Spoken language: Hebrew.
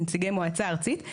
נציגי מועצה ארצית,